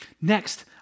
Next